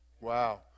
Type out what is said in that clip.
Wow